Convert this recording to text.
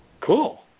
Cool